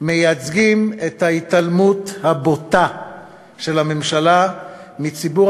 מייצגים את ההתעלמות הבוטה של הממשלה מציבור